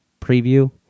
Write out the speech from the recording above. preview